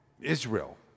Israel